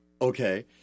Okay